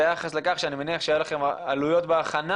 ביחס לכך שאני מניח שהיו לכם עלויות בהכנה